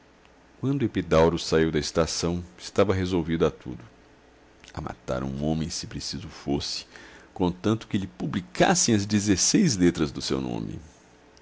capricho quando epidauro saiu da estação estava resolvido a tudo a matar um homem se preciso fosse contanto que lhe publicassem as dezesseis letras do nome